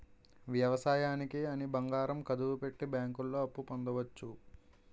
వ్యవసాయానికి అని బంగారం కుదువపెట్టి బ్యాంకుల్లో అప్పు పొందవచ్చు